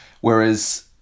whereas